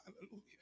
Hallelujah